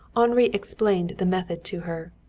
henri explained the method to her.